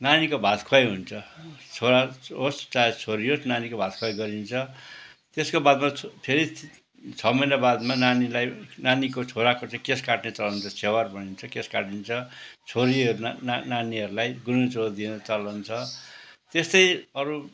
नानीको भात खुवाई हुन्छ छोरा होस् चाहे छोरी होस् नानीको भात खुवाई गरिन्छ त्यसको बादमा फेरि छ महिना बादमा नानीलाई नानीको छोराको चाहिँ केस काट्ने चलन छ छेवार भनिन्छ केस काटिन्छ छोरी नानीहरूलाई गुन्यू चोलो दिने चलन छ त्यस्तै अरू